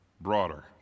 broader